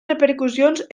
repercussions